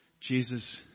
Jesus